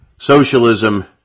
socialism